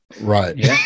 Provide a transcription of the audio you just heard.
Right